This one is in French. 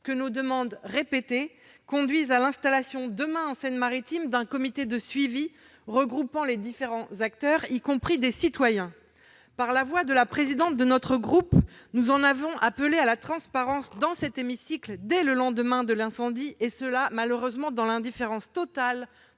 que nos demandes répétées conduisent à l'installation, demain, en Seine-Maritime, d'un comité de suivi regroupant les différents acteurs, y compris les citoyens. Par la voix de la présidente de notre groupe, nous en avons appelé à la transparence, dans cet hémicycle, dès le lendemain de l'incendie, dans l'indifférence totale-